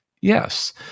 yes